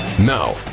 Now